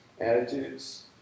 attitudes